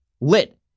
lit